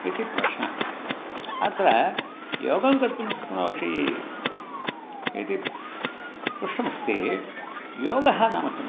इति प्रश्नः अत्र योगं कर्तुं शक्नोषि इति पृष्टमस्ति योगः नाम किम्